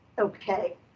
okay